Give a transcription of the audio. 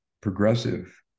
progressive